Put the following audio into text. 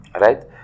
Right